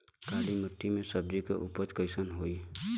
काली मिट्टी में सब्जी के उपज कइसन होई?